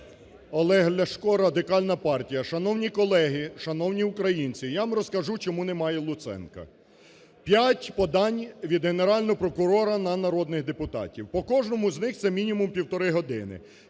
Олег Ляшко, Радикальна партія. Шановні колеги, шановні українці! Я вам розкажу чому немає Луценка. П'ять подань від Генерального прокурора на народних депутатів, по кожному – це мінімум півтори години,